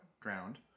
drowned